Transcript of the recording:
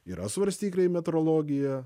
yra svarstyklių metrologija